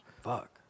Fuck